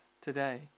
today